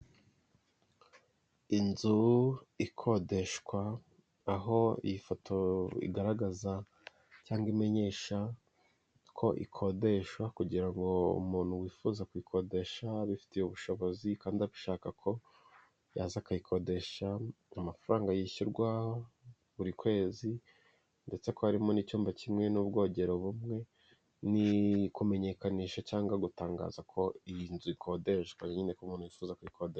Inzu ikodeshwa, aho iyi foto igaragaza cyangwa imenyesha ko ikodesha kugira ngo umuntu wifuza kuyikodesha abifitiye ubushobozi kandi abishaka ko yaza akayikodesha, amafaranga yishyurwa buri kwezi ndetse ko harimo n'iyumba, kimwe n'ubwogero bumwe n'ikumenyekanisha cyangwa gutangaza ko iyi nzu ikodeshwa, umuntu yifuza kuyikodesha.